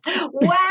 Wow